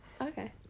Okay